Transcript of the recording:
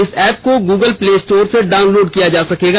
इस एप को Google Play Store से डाउनलोड किया जा सकेगा